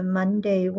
Monday